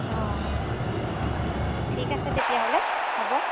অঁ অঁ ঠিক আছে তেতিয়াহ'লে হ'ব